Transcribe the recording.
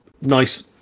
nice